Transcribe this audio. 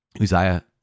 Uzziah